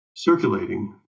circulating